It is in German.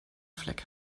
fleck